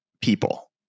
people